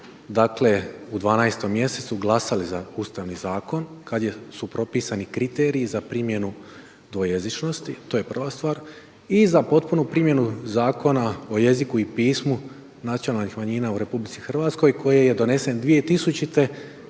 dakle u 12. mjesecu glasali za Ustavni zakon kada su propisani kriteriji za primjenu dvojezičnosti, to je prva stvar i za potpunu primjenu zakona o jeziku i pismu nacionalnih manjina u RH koji je donesen 2000.